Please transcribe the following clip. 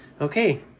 Okay